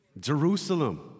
Jerusalem